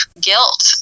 guilt